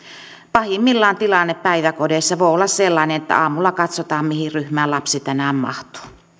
pahimmillaan tilanne päiväkodeissa voi olla sellainen että aamulla katsotaan mihin ryhmään lapsi tänään mahtuu